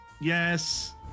Yes